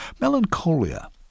Melancholia